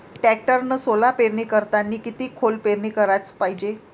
टॅक्टरनं सोला पेरनी करतांनी किती खोल पेरनी कराच पायजे?